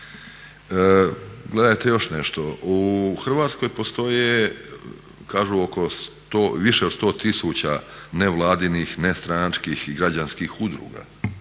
Gledajte još nešto, u Hrvatskoj postoje kažu više od 100 tisuća nevladinih, nestranačkih i građanskih udruga.